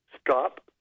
Stop